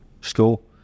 school